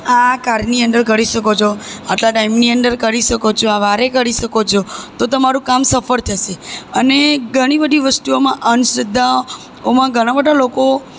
આ કાળની અંદર કરી શકો છો આટલા ટાઈમની અંદર કરી શકો છો આ વારે કરી શકો છો તો તમારું કામ સફળ થશે અને ઘણી બધી વસ્તુઓમાં અંધશ્રદ્ધાઓમાં ઘણા બધા લોકો